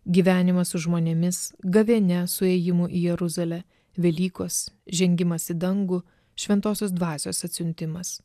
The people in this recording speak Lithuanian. gyvenimas su žmonėmis gavėnia su ėjimu į jeruzalę velykos žengimas į dangų šventosios dvasios atsiuntimas